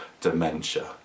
dementia